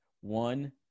one